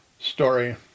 story